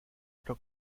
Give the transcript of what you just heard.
otro